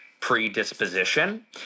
Predisposition